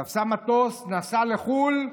תפסה מטוס, נסעה לחו"ל.